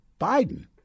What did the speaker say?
Biden